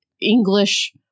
English